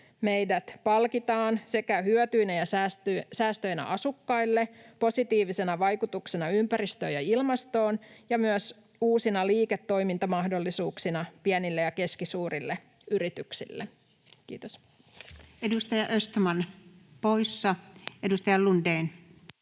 meidät palkitaan sekä hyötyinä ja säästöinä asukkaille, positiivisena vaikutuksena ympäristöön ja ilmastoon että myös uusina liiketoimintamahdollisuuksina pienille ja keskisuurille yrityksille. — Kiitos. [Speech 31] Speaker: Anu